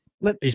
Let